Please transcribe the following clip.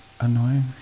annoying